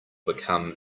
become